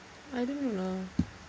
I don't know lah